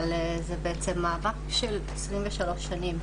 אבל זה מאבק של 23 שנים.